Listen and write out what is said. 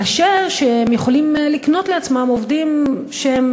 בעוד הם יכולים לקנות לעצמם עובדים שהם